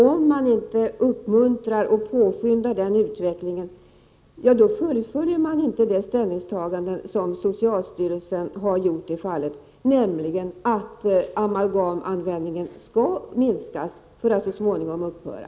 Om man inte uppmuntrar och påskyndar denna forskning då fullföljer man inte de ställningstaganden som socialstyrelsen gjort i fallet, nämligen att amalgamanvändningen skall minskas för att så småningom upphöra.